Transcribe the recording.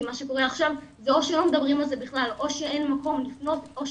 כי מה שקורה עכשיו זה או שלא מדברים על זה בכלל או שאין מקום לפנות אליו